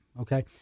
okay